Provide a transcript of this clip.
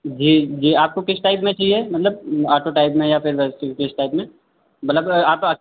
जी जी आपको किस टाइप में चाहिए मतलब आटो टाइप में या फिर टाइप में मतलब आटो